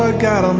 ah got um